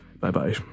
Bye-bye